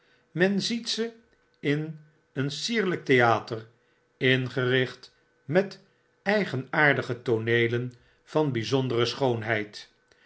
ziet ze in een sierlyk theater ingericht met eigenaardige tooneelen van bijzondere schoonheid